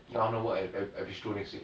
if I want to work at bistro next week